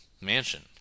mansion